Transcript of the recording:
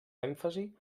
èmfasi